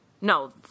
No